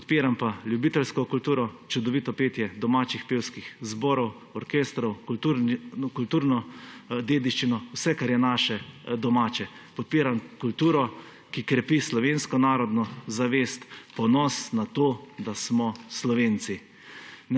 Podpiram pa ljubiteljsko kulturo, čudovito petje domačih pevskih zborov, orkestrov, kulturno dediščino, vse, kar je naše domače. Podpiram kulturo, ki krepi slovensko narodno zavest, ponos na to, da smo Slovenci.